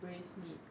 braised meat